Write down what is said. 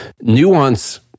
nuance